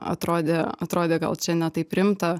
atrodė atrodė gal čia ne taip rimta